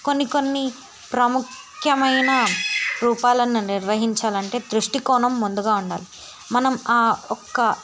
కొన్ని కొన్ని ప్రాముఖ్యమైన రూపాలను నిర్వహించాలి అంటే దృష్టి కోణం ముందుగా ఉండాలి మనం ఆ ఒక